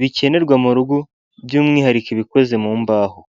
bikenerwa mu rugo, by'umwihariko ibikoze mu mbaho.